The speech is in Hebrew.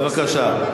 בבקשה.